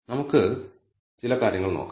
നമുക്ക് ചില കാര്യങ്ങൾ നോക്കാം